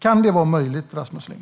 Kan det vara möjligt, Rasmus Ling?